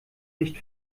nicht